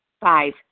Five